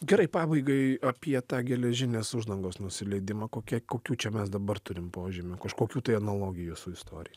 gerai pabaigai apie tą geležinės uždangos nusileidimą kokia kokių čia mes dabar turim požymių kažkokių tai analogijų su istorija